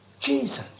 Jesus